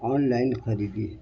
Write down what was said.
on line خریدی ہے